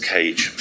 Cage